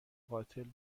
قاتل